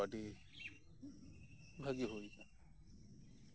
ᱦᱚᱸ ᱟᱹᱰᱤ ᱵᱷᱟᱹᱜᱮ ᱦᱩᱭ ᱟᱠᱟᱱᱟ